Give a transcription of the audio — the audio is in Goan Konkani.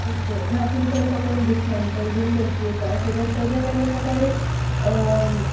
ओके ना तुमचो असो कोण डिसमँटल बी करपी आसा सो डेट ताच्या जाग्यार म्हाका एक